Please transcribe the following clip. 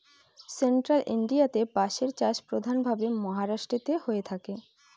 central ইন্ডিয়াতে বাঁশের চাষ প্রধান ভাবে মহারাষ্ট্রেতে হয়ে থাকে